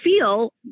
feel